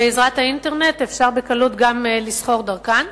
בעזרת האינטרנט אפשר בקלות לסחור דרכן,